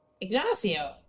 Ignacio